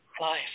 life